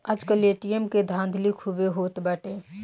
आजकल ए.टी.एम के धाधली खूबे होत बाटे